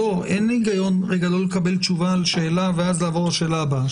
אין היגיון לא לקבל תשובה על שאלה ואז לעבור לשאלה הבאה,